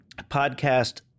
podcast